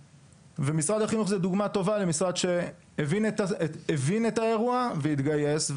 משרד החינוך הוא דוגמה טובה למשרד שהבין את האירוע והתגייס.